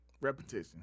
repetition